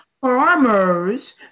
farmers